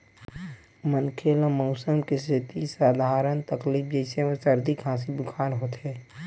मनखे ल मउसम के सेती सधारन तकलीफ जइसे सरदी, खांसी, बुखार होथे